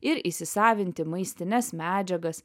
ir įsisavinti maistines medžiagas